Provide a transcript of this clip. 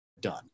done